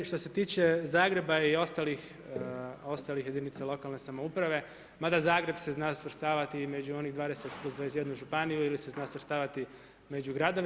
Što se tiče Zagreba i ostalih jedinica lokalne samouprave, mada Zagreb se zna svrstavati među onih 20 plus 21 županiju ili se zna svrstavati među gradove.